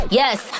yes